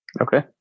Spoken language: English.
okay